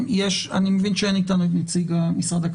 אני מבין שאין איתנו את נציג הכלכלה,